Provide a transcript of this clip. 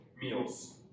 meals